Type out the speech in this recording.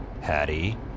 Hattie